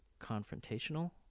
confrontational